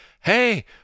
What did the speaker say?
Hey